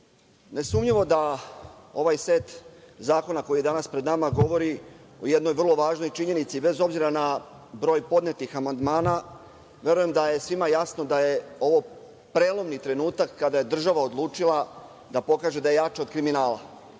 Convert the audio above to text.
nesumnjivo da ovaj set zakona koji je danas pred nama govori o jednoj vrlo važnoj činjenici, bez obzira na broj podnetih amandmana. Verujem da je svima jasno da je ovo prelomni trenutak kada je država odlučila da pokaže da je jača od kriminala,